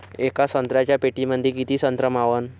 येका संत्र्याच्या पेटीमंदी किती संत्र मावन?